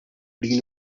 deal